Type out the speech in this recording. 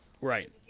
Right